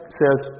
says